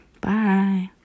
Bye